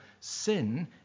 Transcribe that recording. sin